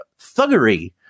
thuggery